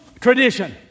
tradition